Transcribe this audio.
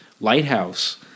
lighthouse